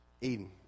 Eden